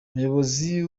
umuyobozi